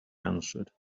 answered